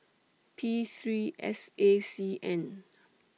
P three S A C N